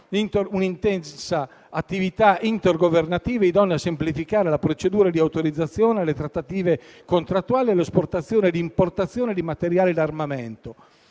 un'intensa attività intergovernativa idonea a semplificare la procedura di autorizzazione alle trattative contrattuali e all'esportazione e importazione di materiale d'armamento,